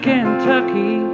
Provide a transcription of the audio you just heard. Kentucky